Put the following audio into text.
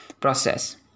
process